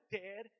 dead